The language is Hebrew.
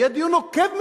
יהיה דיון נוקב מאוד,